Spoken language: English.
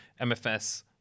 MFS